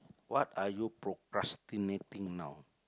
what are you procrastinating now